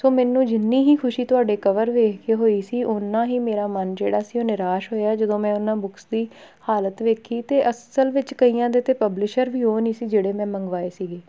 ਸੋ ਮੈਨੂੰ ਜਿੰਨੀ ਹੀ ਖੁਸ਼ੀ ਤੁਹਾਡੇ ਕਵਰ ਦੇਖ ਕੇ ਹੋਈ ਸੀ ਉੰਨਾ ਹੀ ਮੇਰਾ ਮਨ ਜਿਹੜਾ ਸੀ ਉਹ ਨਿਰਾਸ਼ ਹੋਇਆ ਜਦੋਂ ਮੈਂ ਉਹਨਾਂ ਬੁੱਕਸ ਦੀ ਹਾਲਤ ਦੇਖੀ ਅਤੇ ਅਸਲ ਵਿੱਚ ਕਈਆਂ ਦੇ ਤਾਂ ਪਬਲਿਸ਼ਰ ਵੀ ਉਹ ਨਹੀਂ ਸੀ ਜਿਹੜੇ ਮੈਂ ਮੰਗਵਾਏ ਸੀਗੇ